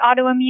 autoimmune